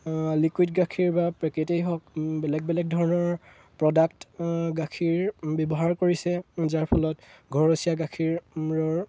liquid গাখীৰ বা পেকেটেই হওক বেলেগ বেলেগ ধৰণৰ প্ৰডাক্ট গাখীৰ ব্যৱহাৰ কৰিছে যাৰ ফলত ঘৰচীয়া গাখীৰৰ